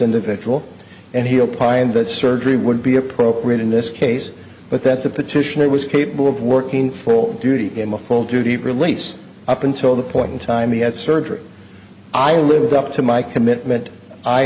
individual and he'll pined that surgery would be appropriate in this case but that the petitioner was capable of working full duty in a full duty release up until the point in time he had surgery i lived up to my commitment i